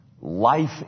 Life